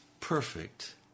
perfect